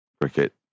cricket